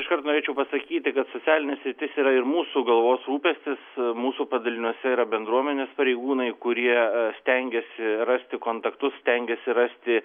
iškart norėčiau pasakyti kad socialinė sritis yra ir mūsų galvos rūpestis mūsų padaliniuose yra bendruomenės pareigūnai kurie stengiasi rasti kontaktus stengiasi rasti